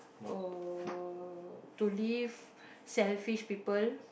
oh to leave selfish people